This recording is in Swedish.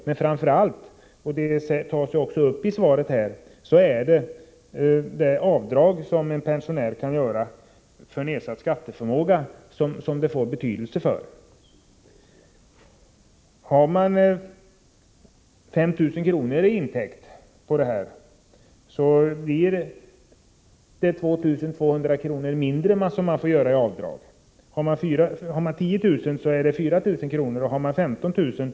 Men framför allt, och det tas även upp i svaret, får detta betydelse för de avdrag som en pensionär kan göra för nedsatt skatteförmåga. Har man 5 000 kr. i intäkt blir avdraget som man får göra 2 200 kr. mindre. Har man 10 000 kr. i intäkt blir det 4 000 kr. mindre, och har man 15 000 kr.